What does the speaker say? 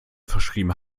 verschrieben